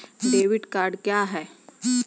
Debit card क्या हैं?